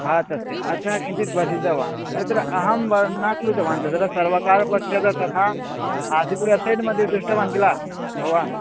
भारतस्य अतः किञ्चित् वर्धितवान् तत्र अहं वा न कृतवान् तत्र सर्वकारपक्षतः तथा आसित् वेब्सैट् मध्ये दृष्टवान् किल भवान्